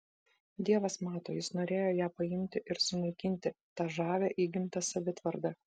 dievas mato jis norėjo ją paimti ir sunaikinti tą žavią įgimtą savitvardą